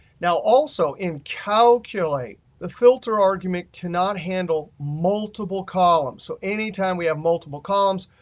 now also in calculate, the filter argument cannot handle multiple columns. so any time we have multiple columns,